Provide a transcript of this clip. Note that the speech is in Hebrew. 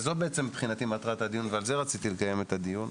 וזאת מבחינתי מטרת הדיון ועל זה רציתי לקיים את הדיון,